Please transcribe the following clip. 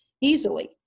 easily